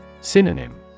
Synonym